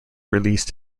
released